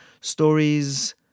Stories